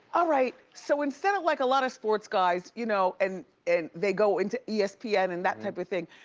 ah right, so instead of like a lot of sports guys you know, and and they go into espn and that type of thing,